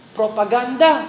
propaganda